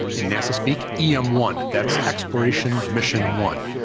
in nasa-speak, e m one. that's exploration mission one,